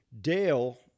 Dale